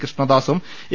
കൃഷ്ണദാസും A